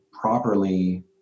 properly